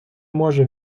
може